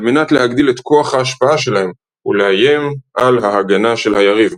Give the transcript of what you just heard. על מנת להגדיל את כוח ההשפעה שלהם ולאיים על ההגנה של היריב.